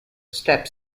step